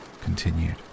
Continued